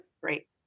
Great